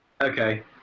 Okay